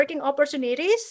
opportunities